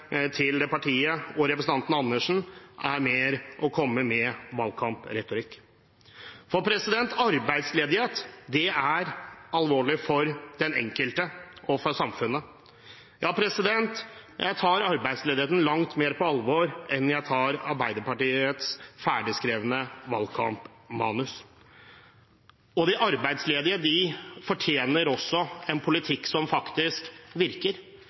til det partiet og representanten Andersen er mer å komme med valgkampretorikk. Arbeidsledighet er alvorlig for den enkelte og for samfunnet. Ja, jeg tar arbeidsledigheten langt mer på alvor enn jeg tar Arbeiderpartiets ferdigskrevne valgkampmanus på alvor. De arbeidsledige fortjener også en politikk som faktisk virker.